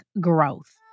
growth